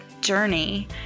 journey